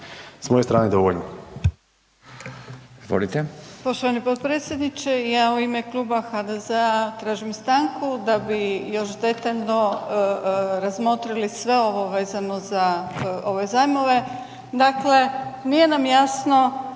s moje strane dovoljno.